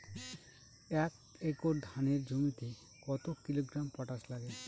এক একর ধানের জমিতে কত কিলোগ্রাম পটাশ লাগে?